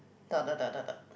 dot dot dot dot dot